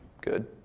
good